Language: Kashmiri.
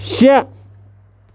شےٚ